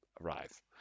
arrive